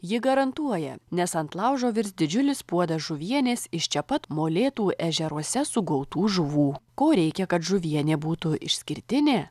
ji garantuoja nes ant laužo virs didžiulis puodą žuvienės iš čia pat molėtų ežeruose sugautų žuvų ko reikia kad žuvienė būtų išskirtinė